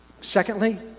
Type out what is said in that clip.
Secondly